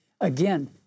Again